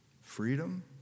freedom